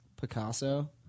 Picasso